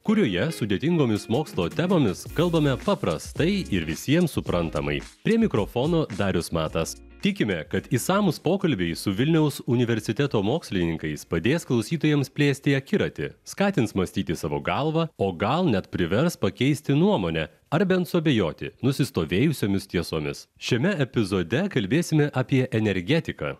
kurioje sudėtingomis mokslo temomis kalbame paprastai ir visiems suprantamai prie mikrofono darius matas tikime kad išsamūs pokalbiai su vilniaus universiteto mokslininkais padės klausytojams plėsti akiratį skatins mąstyti savo galva o gal net privers pakeisti nuomonę ar bent suabejoti nusistovėjusiomis tiesomis šiame epizode kalbėsime apie energetiką